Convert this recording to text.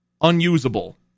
unusable